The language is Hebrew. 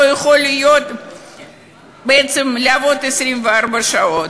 לא יכול לעבוד 24 שעות,